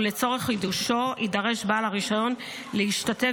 ולצורך חידושו יידרש בעל הרישיון להשתתף